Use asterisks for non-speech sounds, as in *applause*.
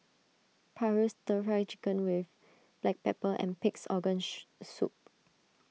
Paru Stir Fried Chicken with Black Pepper and Pig's Organ *unintelligible* Soup